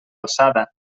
alçada